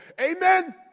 Amen